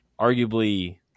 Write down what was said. arguably